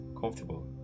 comfortable